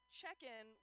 check-in